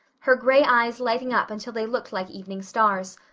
her gray eyes lighting up until they looked like evening stars,